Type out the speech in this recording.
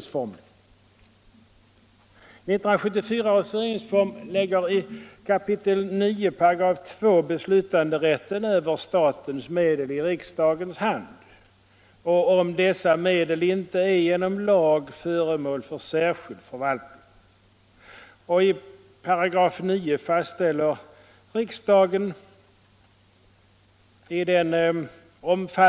som statsgåvor också att riksdagen därvid kan förbehålla sig